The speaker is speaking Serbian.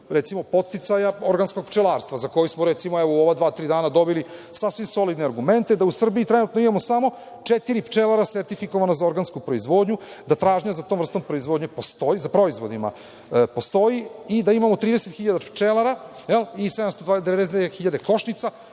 recimo, podsticaj organskog pčelarstva za koji smo u ova dva, tri dana dobili sasvim solidne argumente da u Srbiji imamo samo četiri pčelara sertifikovana za organsku proizvodnju, da tražnja za tom vrstom proizvodima postoji i da imamo 30.000 pčelara i 792.000 košnica.